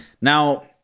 Now